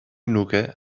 nuke